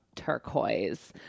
turquoise